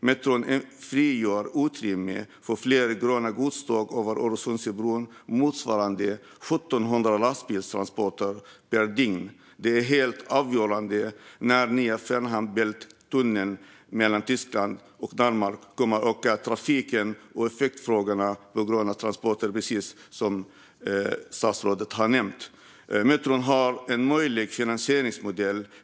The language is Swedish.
Metron frigör utrymme för fler gröna godståg över Öresundsbron, motsvarande 1 700 lastbilstransporter per dygn. Det är helt avgörande när nya Fehmarn Bält-tunneln mellan Tyskland och Danmark kommer att öka trafiken och efterfrågan på gröna transporter, som statsrådet nämnt. Metron har en möjlig finansieringsmodell.